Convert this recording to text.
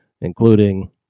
including